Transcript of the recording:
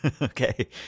okay